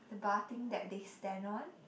the bar thing that they stand on